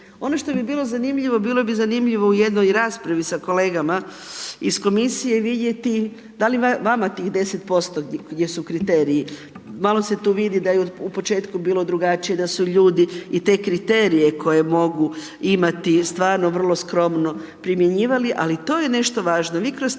Ono što bi bilo zanimljivo, bilo bi zanimljivo u jednoj raspravi sa kolegama iz komisije vidjeti da li vama tih 10% gdje su kriteriji, malo se tu vidi da je u početku bilo drugačije, da su ljudi i te kriterije koje mogu imati, stvarno vrlo skromno primjenjivali, ali i to je nešto važno,